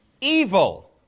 evil